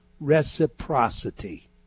reciprocity